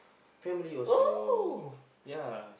family also ya